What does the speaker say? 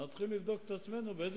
אנחנו צריכים לבדוק את עצמנו באיזו